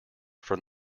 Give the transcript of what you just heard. from